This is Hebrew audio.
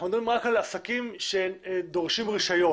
אנחנו מדברים רק על עסקים שדורשים רישיון.